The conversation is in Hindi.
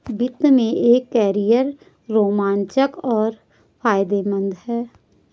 वित्त में एक कैरियर रोमांचक और फायदेमंद है